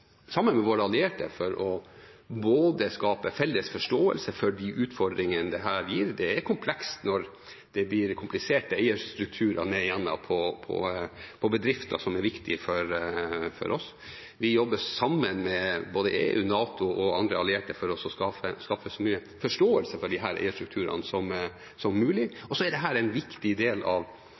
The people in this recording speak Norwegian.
sammen med våre allierte for å skape en felles forståelse for de utfordringene dette gir. Det er komplekst når det blir kompliserte eierstrukturer nedigjennom i bedrifter som er viktige for oss. Vi jobber sammen med både EU, NATO og andre allierte for å skaffe så mye forståelse for disse eierstrukturene som mulig. Så er dette en viktig del av